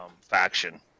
faction